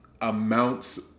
amounts